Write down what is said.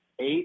eight